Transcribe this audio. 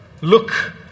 look